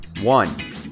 One